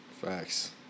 Facts